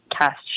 cast